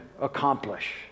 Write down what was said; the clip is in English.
accomplish